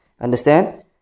understand